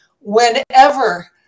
whenever